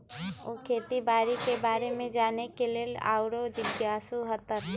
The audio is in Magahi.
उ खेती बाड़ी के बारे में जाने के लेल आउरो जिज्ञासु हतन